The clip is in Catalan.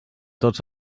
tots